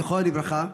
זיכרונו לברכה,